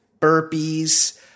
Burpees